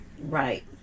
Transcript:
Right